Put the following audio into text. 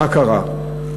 מה קרה.